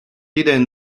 did